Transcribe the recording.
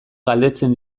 galdetzen